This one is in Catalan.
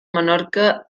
menorca